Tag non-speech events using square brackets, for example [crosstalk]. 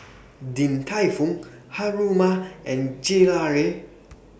[noise] Din Tai Fung Haruma and Gelare [noise]